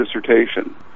dissertation